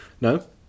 No